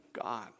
God